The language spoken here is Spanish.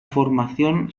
formación